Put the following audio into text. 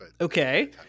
Okay